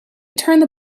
turned